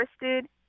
interested